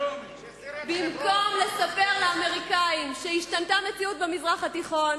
במקום לספר לאמריקנים שהשתנתה מציאות במזרח התיכון,